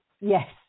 Yes